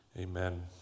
Amen